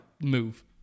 move